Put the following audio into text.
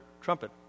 trumpet